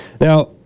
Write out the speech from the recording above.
Now